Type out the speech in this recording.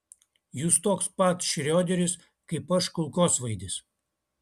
jūs toks pat šrioderis kaip aš kulkosvaidis